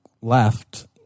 left